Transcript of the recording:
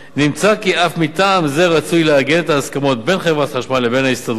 נמצא כי אף מטעם זה רצוי לעגן את ההסכמות בין חברת החשמל לבין ההסתדרות,